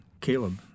Caleb